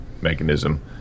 mechanism